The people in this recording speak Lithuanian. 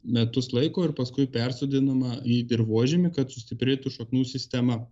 metus laiko ir paskui persodinama į dirvožemį kad sustiprėtų šaknų sistema